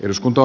eduskunta